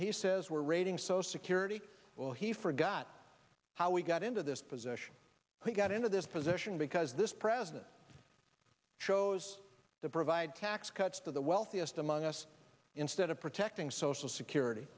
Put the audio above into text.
he says we're raiding so security well he forgot how we got into this position we got into this position because this president chose to provide tax cuts to the wealthiest among us instead of protecting social security